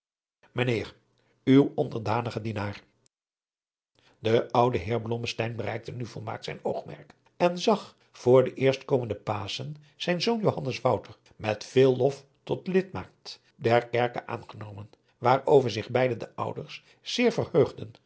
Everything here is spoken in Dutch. mijnheer uw onderdanige dienaar de oude heer blommesteyn bereikte nu volmaakt zijn oogmerk en zag voor den eerstkomenden paschen zijn zoon johannes wouter met veel lof tot lidmaat der kerke aangenomen waarover zich beide de ouders zeer verheugden